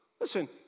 Listen